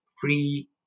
free